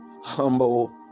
humble